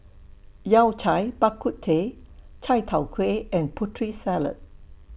Yao Cai Bak Kut Teh Chai Tow Kway and Putri Salad